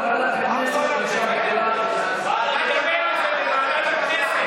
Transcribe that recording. השחתת מודעות על רקע מגדר)